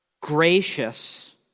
gracious